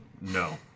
No